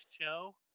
show